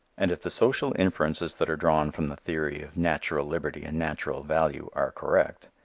and if the social inferences that are drawn from the theory of natural liberty and natural value are correct,